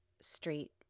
street